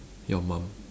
your mum